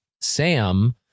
Sam